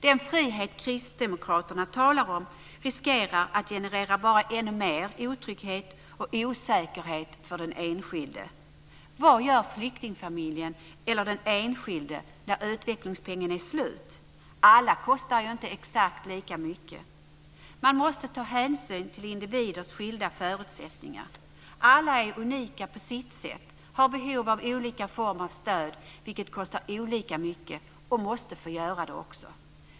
Den frihet kristdemokraterna talar om riskerar att generera bara ännu mer otrygghet och osäkerhet för den enskilde. Vad gör flyktingfamiljen eller den enskilde när utvecklingspengen är slut? Alla kostar ju inte exakt lika mycket. Man måste ta hänsyn till individers skilda förutsättningar. Alla är unika på sitt sätt, har behov av olika form av stöd, vilket kostar olika mycket och måste få göra det också.